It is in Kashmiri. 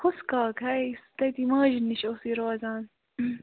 ہُس کاک ہے یُس تٔتی ماجہِ نِش اوسٕے روزان